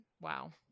wow